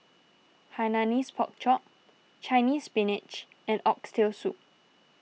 Hainanese Pork Chop Chinese Spinach and Oxtail Soup